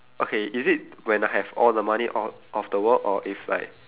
okay is it when I have all the money o~ of the world or if like